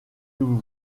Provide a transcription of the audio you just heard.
nous